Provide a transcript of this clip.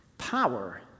power